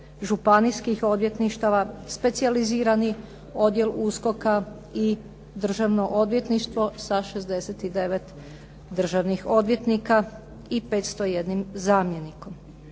županijskih odvjetništava, specijalizirani odjel USKOK-a, i državno odvjetništvo sa 69 državnih odvjetnika i 501 zamjenikom.